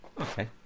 Okay